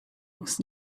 looks